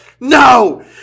no